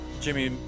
Jimmy